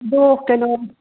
ꯑꯗꯣ ꯀꯩꯅꯣ